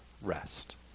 rest